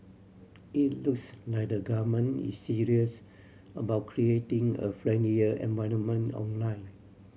it looks like the government is serious about creating a friendlier environment online